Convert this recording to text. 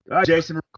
Jason